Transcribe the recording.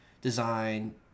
design